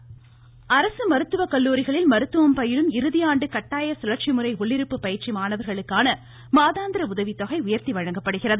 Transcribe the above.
மருத்துவம் உதவிதொகை அரசு மருத்துவக்கல்லூரிகளில் மருத்துவம் பயிலும் இறுதி ஆண்டு கட்டாய சுழற்சி முறை உள்ளிருப்பு பயிற்சி மாணவர்களுக்கான மாதாந்திர உதவிதொகை உயர்த்தி வழங்கப்படுகிறது